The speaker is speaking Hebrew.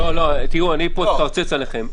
תראו, אני פה אתקרצץ עליכם.